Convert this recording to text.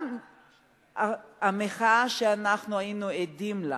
גם המחאה שאנחנו היינו עדים לה